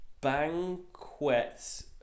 Banquets